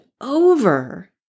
over